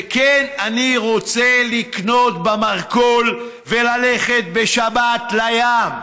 וכן, אני רוצה לקנות במרכול וללכת בשבת לים.